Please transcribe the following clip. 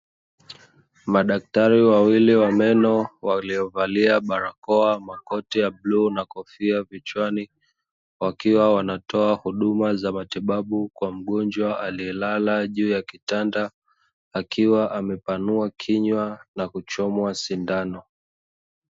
Madamtari wawili wa meno waliovalia barakao kwa mgonjwa aloyelala juu ya kitandanakiwa amepanua kinywa na kuchomwa sindano